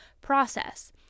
process